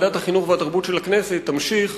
שוועדת החינוך והתרבות של הכנסת תמשיך